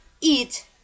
eat